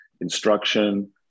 instruction